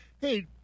hey